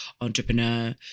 entrepreneur